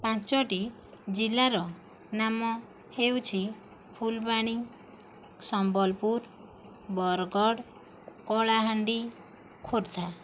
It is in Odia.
ପାଞ୍ଚଟି ଜିଲ୍ଲାର ନାମ ହେଉଛି ଫୁଲବାଣୀ ସମ୍ବଲପୁର ବରଗଡ଼ କଳାହାଣ୍ଡି ଖୋର୍ଦ୍ଧା